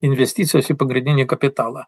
investicijos į pagrindinį kapitalą